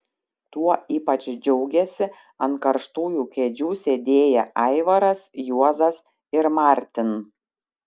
tuo ypač džiaugėsi ant karštųjų kėdžių sėdėję aivaras juozas ir martin